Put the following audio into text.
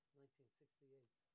1968